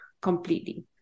completely